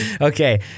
Okay